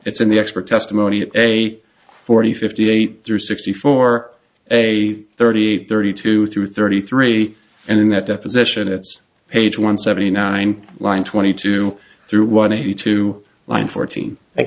it's in the expert testimony of a forty fifty eight through sixty four a thirty eight thirty two through thirty three and in that deposition it's page one seventy nine line twenty two through one eighty two line fourteen thank